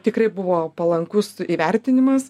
tikrai buvo palankus įvertinimas